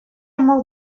мог